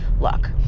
look